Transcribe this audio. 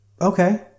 Okay